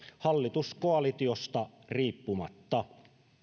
hallituskoalitiosta riippumatta